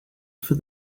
for